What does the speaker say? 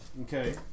Okay